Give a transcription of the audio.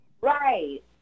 Right